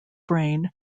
brain